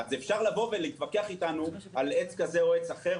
אפשר להתווכח אתנו על עץ כזה או אחר,